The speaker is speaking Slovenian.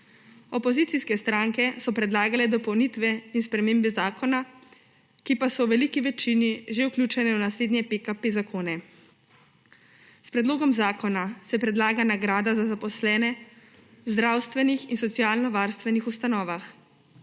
Opozicijske stranke so predlagale dopolnitve in spremembe zakona, ki pa so v veliki večini že vključene v naslednje PKP zakone. S predlogom zakona se predlaga nagrada za zaposlene v zdravstvenih in socialnovarstvenih ustanovah,